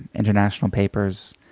international papers,